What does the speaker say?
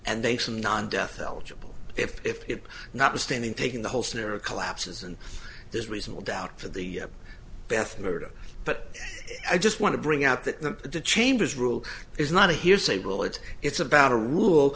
and then some non death eligible if it notwithstanding taking the whole scenario collapses and there's reasonable doubt for the beth murder but i just want to bring out that the chambers rule is not a hearsay rule it's it's about a rule